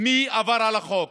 מי עבר על החוק: